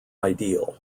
ideal